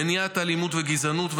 מניעת אלימות וגזענות,